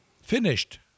finished